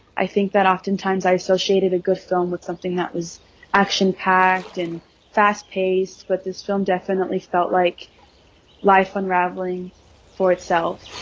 i think that oftentimes i associated a good film with something that was action-packed and fast-paced. but this film definitely felt like life unraveling for itself